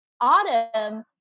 Autumn